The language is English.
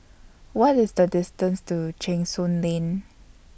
What IS The distance to Cheng Soon Lane